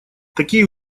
такие